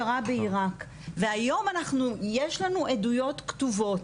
קרה בעירק והיום יש לנו עדויות כתובות,